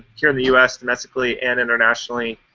here in the us, domestically, and internationally,